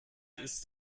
ist